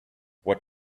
what